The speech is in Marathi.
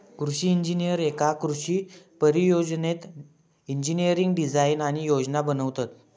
कृषि इंजिनीयर एका कृषि परियोजनेत इंजिनियरिंग डिझाईन आणि योजना बनवतत